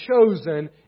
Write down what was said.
chosen